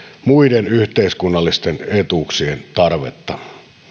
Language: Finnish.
muiden yhteiskunnallisten etuuksien tarvetta